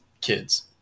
kids